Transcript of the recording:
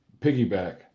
piggyback